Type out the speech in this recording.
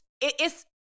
it's-